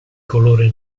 colore